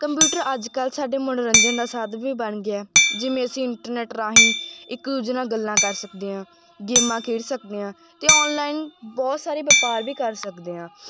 computer ਅੱਜ ਕੱਲ੍ਹ ਸਾਡੇ ਮਨੋਰੰਜਨ ਦਾ ਸਾਧਨ ਵੀ ਬਣ ਗਿਆ ਜਿਵੇਂ ਅਸੀਂ ਇੰਟਰਨੈਟ ਰਾਹੀਂ ਇੱਕ ਦੂਜੇ ਨਾਲ ਗੱਲਾਂ ਕਰ ਸਕਦੇ ਹਾਂ ਗੇਮਾਂ ਖੇਡ ਸਕਦੇ ਹਾਂ ਅਤੇ ਔਨਲਾਈਨ ਬਹੁਤ ਸਾਰੇ ਵਪਾਰ ਵੀ ਕਰ ਸਕਦੇ ਹਾਂ